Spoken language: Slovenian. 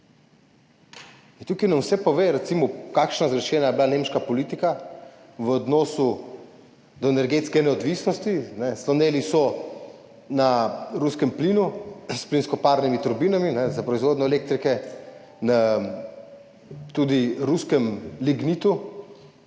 To nam vse pove, kako zgrešena je bila recimo nemška politika v odnosu do energetske neodvisnosti. Sloneli so na ruskem plinu s plinsko-parnimi turbinami za proizvodnjo elektrike, tudi na ruskem lignitu,